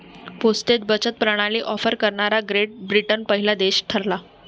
postage बचत प्रणाली offer करणारा ग्रेट ब्रिटन पहिला देश ठरला